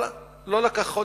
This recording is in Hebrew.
אבל לא לקח חודש,